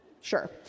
sure